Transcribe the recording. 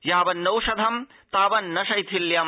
यावन्नौषधम् तावन्न शैथिल्यम्